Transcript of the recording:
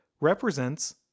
represents